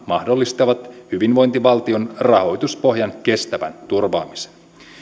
mahdollistavat hyvinvointivaltion rahoituspohjan kestävän turvaamisen